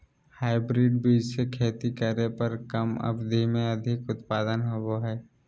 hybrid बीज से खेती करे पर कम अवधि में अधिक उत्पादन होबो हइ